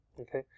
okay